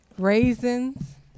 Raisins